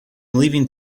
leaving